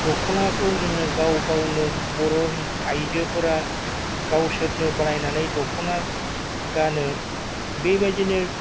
दखनाखौ जोङो गाव गावनो बर' आइजोफोरा गावसोरनो बानायनानै दखना गानो बेबायदिनो